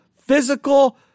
physical